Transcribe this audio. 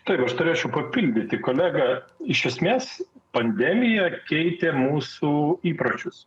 tariau aš turėčiau papildyti kolegą iš esmės pandemija keitė mūsų įpročius